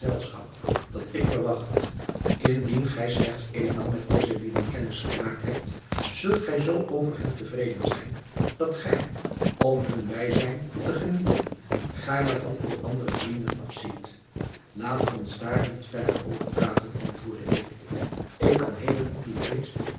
dat ik verwacht indien gij slechts éénmaal met deze lieden kennis gemaakt hebt zult gij zoo over hen tevreden zijn dat gij om hun bijzijn te genieten gaarne van uwe andere vrienden afziet laat ons daar niet verder over praten antwoordde ik ik kan heden op uw feest